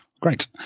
Great